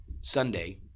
Sunday